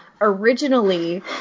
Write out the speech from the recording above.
Originally